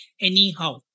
Anyhow